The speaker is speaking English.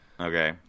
Okay